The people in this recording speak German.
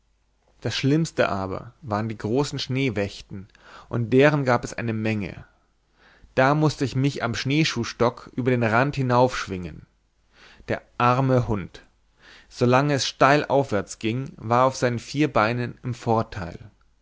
das schlimmste waren die großen schneewächten und deren gab es eine menge da mußte ich mich am schneeschuhstock über den rand hinaufschwingen der arme hund so lange es steil aufwärts ging war er auf seinen vier beinen im vorteil